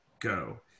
Go